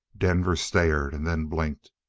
denver stared, and then blinked.